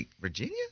Virginia